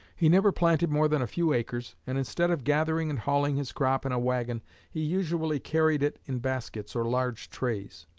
he never planted more than a few acres, and instead of gathering and hauling his crop in a wagon he usually carried it in baskets or large trays.